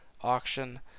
auction